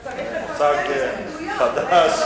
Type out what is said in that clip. אבל צריך לפרסם התנגדויות,